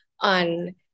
on